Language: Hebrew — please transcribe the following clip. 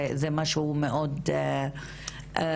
זה משהו מאוד פוגע,